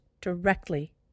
directly